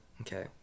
okay